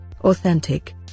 authentic